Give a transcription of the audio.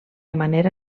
manera